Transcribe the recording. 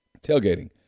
tailgating